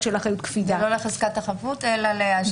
של אחריות קפידה --- לא לחזקת החפות אלא לעיקרון האשמה.